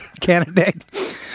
candidate